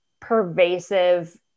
pervasive